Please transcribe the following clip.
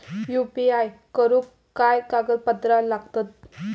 UPI करुक काय कागदपत्रा लागतत?